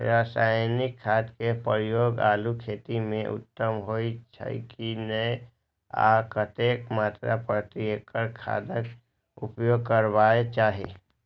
रासायनिक खाद के प्रयोग आलू खेती में उत्तम होय छल की नेय आ कतेक मात्रा प्रति एकड़ खादक उपयोग करबाक चाहि?